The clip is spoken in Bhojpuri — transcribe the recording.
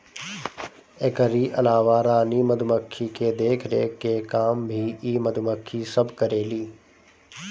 एकरी अलावा रानी मधुमक्खी के देखरेख के काम भी इ मधुमक्खी सब करेली